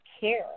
care